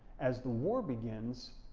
as the war begins,